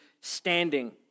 standing